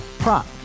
Prop